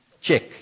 check